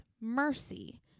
mercy